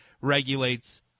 regulates